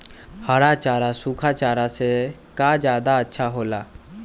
हरा चारा सूखा चारा से का ज्यादा अच्छा हो ला?